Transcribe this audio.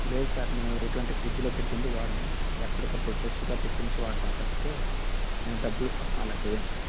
లేదు సార్ మేము ఎటువంటి ఫ్రిజ్లో పెట్టింది వాడాము అప్పటికప్పుడు ఫ్రిష్గా తెప్పించి వాడాతం తప్పితే మేము డబ్బులు కోసం అలా చేయం సార్